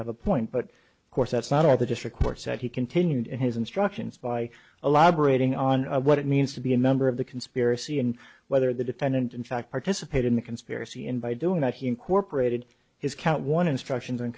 have a point but of course that's not all the district court said he continued in his instructions by a law breaking on what it means to be a member of the conspiracy and whether the defendant in fact participated in a conspiracy in by doing that he incorporated his count one instructions on